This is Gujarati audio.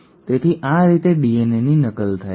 તેથી આ રીતે ડીએનએ નકલ થાય છે